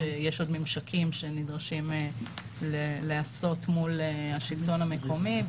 יש עוד ממשקים שנדרשים להיעשות מול השלטון המקומי,